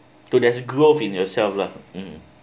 to that's growth in yourself lah